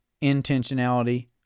intentionality